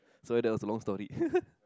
sorry that was a long story